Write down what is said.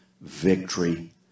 victory